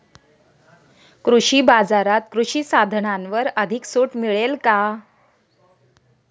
कृषी बाजारात कृषी साधनांवर अधिक सूट मिळेल का?